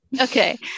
Okay